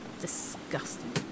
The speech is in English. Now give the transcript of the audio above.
Disgusting